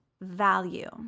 value